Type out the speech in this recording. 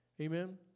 Amen